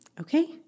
Okay